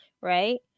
right